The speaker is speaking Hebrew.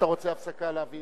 להוציא